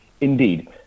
indeed